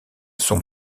sont